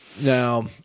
now